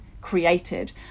created